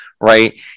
right